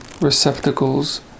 receptacles